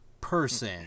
person